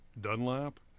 Dunlap